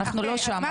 אנחנו לא שם.